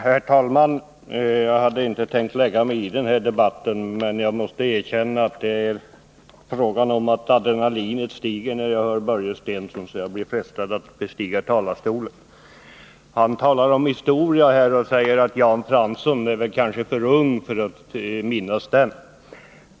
Herr talman! Jag hade inte tänkt att lägga mig i den här debatten, men jag 26 november 1980 måste erkänna att adrenalinet stiger när jag hör Börje Stensson, och jag blir frestad att bestiga talarstolen. Han talar om historia och säger att Jan Fransson kanske är för ung för att minnas den.